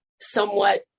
somewhat